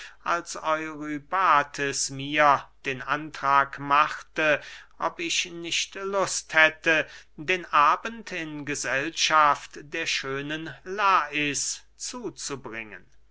als eurybates mir den antrag machte ob ich nicht lust hätte den abend in gesellschaft der schönen lais zuzubringen